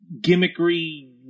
gimmickry